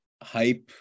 Hype